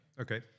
Okay